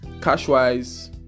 Cash-wise